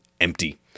empty